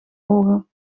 ogen